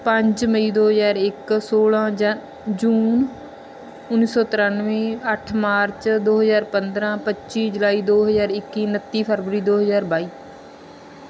ਪੰਜ ਮਈ ਦੋ ਹਜ਼ਾਰ ਇੱਕ ਸੋਲ੍ਹਾਂ ਜਨ ਜੂਨ ਉੱਨੀ ਸੌ ਤਰਾਨਵੇਂ ਅੱਠ ਮਾਰਚ ਦੋ ਹਜ਼ਾਰ ਪੰਦਰ੍ਹਾਂ ਪੱਚੀ ਜੁਲਾਈ ਦੋ ਹਜ਼ਾਰ ਇੱਕੀ ਉਨੱਤੀ ਫਰਵਰੀ ਦੋ ਹਜ਼ਾਰ ਬਾਈ